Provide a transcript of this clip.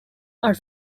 are